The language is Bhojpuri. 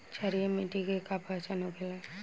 क्षारीय मिट्टी के का पहचान होखेला?